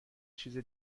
چیزه